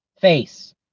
Face